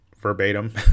verbatim